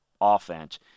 offense